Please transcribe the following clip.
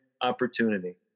opportunity